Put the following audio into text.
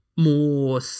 more